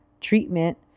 treatment